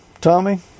Tommy